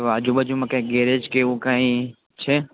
તો આજુબાજુમાં કાઈક ગેરેજ કે એવું કાઇ છે